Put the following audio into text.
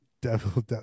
Devil